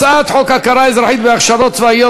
הצעת חוק הכרה אזרחית בהכשרות צבאיות,